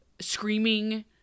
screaming